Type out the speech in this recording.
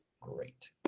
great